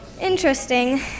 Interesting